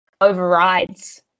overrides